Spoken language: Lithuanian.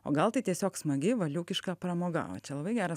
o gal tai tiesiog smagi valiūkiška pramoga va čia labai geras